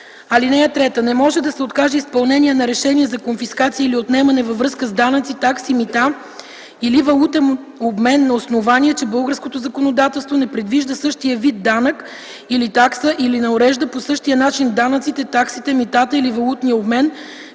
саботаж. (3) Не може да се откаже изпълнение на решение за конфискация или отнемане във връзка с данъци, такси, мита или валутен обмен на основание, че българското законодателство не предвижда същия вид данък или такса или не урежда по същия начин данъците, таксите, митата или валутния обмен,